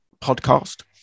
podcast